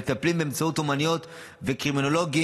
מטפלים באמצעות אומנויות וקרימינולוגים,